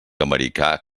americà